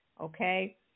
Okay